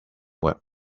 works